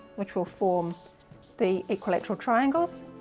which will form the equilateral triangles,